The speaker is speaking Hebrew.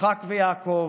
יצחק ויעקב,